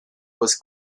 was